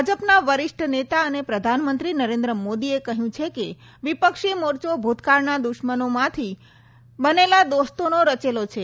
ભાજપના વરિષ્ઠ નેતા અને પ્રધાનમંત્રી નરેન્દ્ર મોદીએ કહ્યું છે કે વિપક્ષી મોરચો ભૂતકાળના દુશ્મનોમાંથી બનેલા દોસ્તોનો રચેલો છે